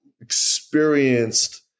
experienced